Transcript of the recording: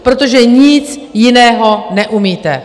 Protože nic jiného neumíte!